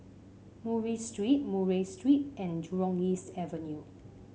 Murray Street Murray Street and Jurong East Avenue